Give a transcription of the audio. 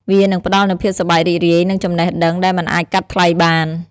វានឹងផ្តល់នូវភាពសប្បាយរីករាយនិងចំណេះដឹងដែលមិនអាចកាត់ថ្លៃបាន។